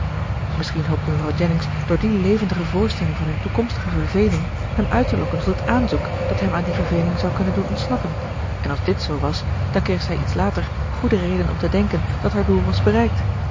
misschien hoopte mevrouw jennings door die levendige voorstelling van hun toekomstige verveling hem uit te lokken tot het aanzoek dat hem aan die verveling zou kunnen doen ontsnappen en als dit zoo was dan kreeg zij iets later goede reden om te denken dat haar doel was bereikt